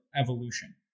evolution